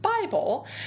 Bible